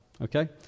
okay